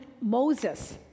Moses